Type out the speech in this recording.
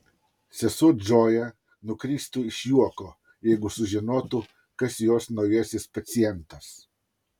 sesuo džoja nukristų iš juoko jeigu sužinotų kas jos naujasis pacientas